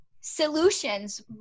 solutions